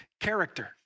character